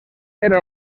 era